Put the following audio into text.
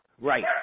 Right